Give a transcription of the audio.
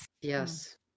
Yes